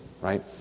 right